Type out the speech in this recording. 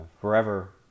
forever